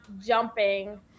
jumping